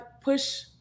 push